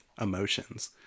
emotions